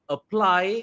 Apply